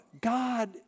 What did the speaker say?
God